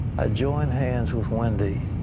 i join hands with wendy.